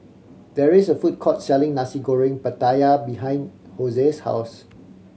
there is a food court selling Nasi Goreng Pattaya behind Jose's house